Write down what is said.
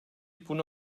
bunu